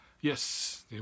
Yes